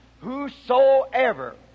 whosoever